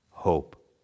Hope